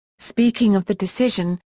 speaking of the decision,